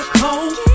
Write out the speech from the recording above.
cold